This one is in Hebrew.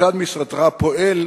כיצד משרדך פועל